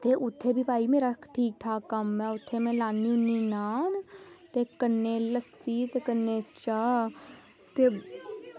ते उत्थें भी भाई मेरा ठीक ठाक कम्म ऐ ते उत्थें में लान्नी होन्नी नॉन ते कन्नै लस्सी ते कन्नै चाह् ते